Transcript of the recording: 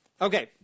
Okay